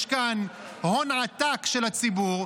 יש כאן הון עתק של הציבור,